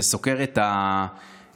וסוקר את הבעיות,